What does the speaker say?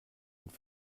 und